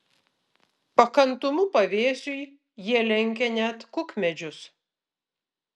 pakantumu pavėsiui jie lenkia net kukmedžius